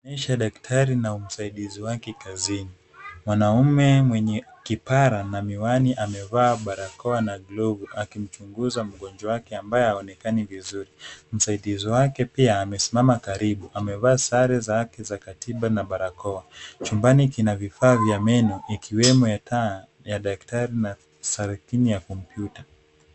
Inaonyesha daktari na msaidizi wake kazini. Mwanaume mwenye kipara na miwani amevaa barakoa na glovu akimchunguza mgonjwaake ambaye aonekani vizuri. Msaidizi wake pia amesimama karibu. Amevaa sare zake za katiba na barakoa. Chumbani kina vifaa vya meno, ikiwemo yataa ya daktari na saritini ya kompyuta.